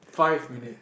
five minutes